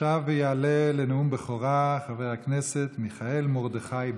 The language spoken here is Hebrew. עכשיו יעלה לנאום בכורה חבר הכנסת מיכאל מרדכי ביטון.